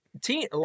teen